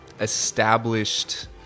established